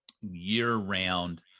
year-round